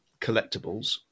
collectibles